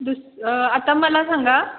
दुस आता मला सांगा